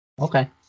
Okay